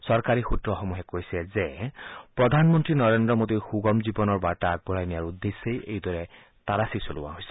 চৰকাৰী সূত্ৰসমূহে কৈছে যে প্ৰধানমন্ত্ৰী নৰেন্দ্ৰ মোদীৰ সূগম জীৱনৰ বাৰ্তা আগবঢ়াই নিয়াৰ উদ্দেশ্যেই এইদৰে তালাচী চলোৱা হৈছে